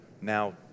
Now